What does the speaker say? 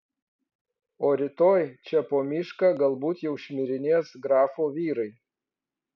o rytoj čia po mišką galbūt jau šmirinės grafo vyrai